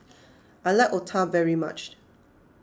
I like Otah very much